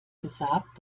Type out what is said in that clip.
gesagt